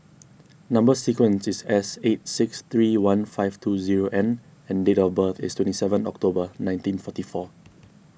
Number Sequence is S eight six three one five two zero N and date of birth is twenty seven October nineteen forty four